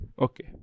okay